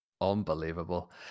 Unbelievable